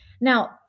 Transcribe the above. Now